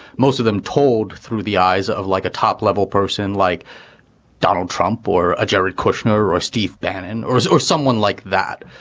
most of them told through the eyes of like a top level person like donald trump or jared kushner or or steve bannon or or someone like that.